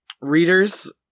readers